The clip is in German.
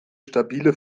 stabile